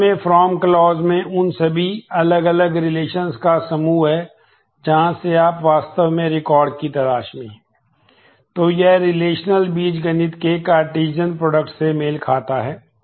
अंत में from clause का उपयोग किया है